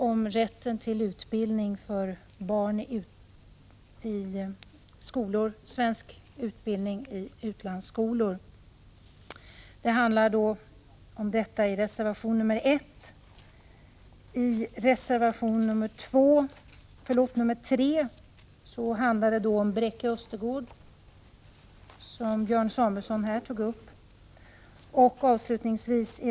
I reservation 1 handlar det om rätten till svensk undervisning för barn i utlandsskolor. I reservation 3 behandlas frågan om Bräcke Östergård, som Björn Samuelson här tog upp.